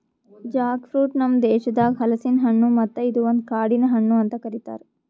Jack fruit ನಮ್ ದೇಶದಾಗ್ ಹಲಸಿನ ಹಣ್ಣು ಮತ್ತ ಇದು ಒಂದು ಕಾಡಿನ ಹಣ್ಣು ಅಂತ್ ಕರಿತಾರ್